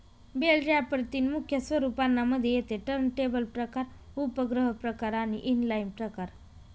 bell wrapper तीन मुख्य स्वरूपांना मध्ये येते टर्नटेबल प्रकार, उपग्रह प्रकार आणि इनलाईन प्रकार